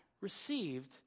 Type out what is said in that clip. received